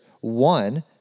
one